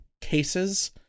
cases